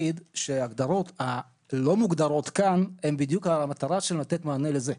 ההגדרות שלא מוגדרות כאן הן בדיוק המטרה לתת מענה לזה.